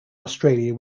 australia